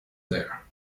there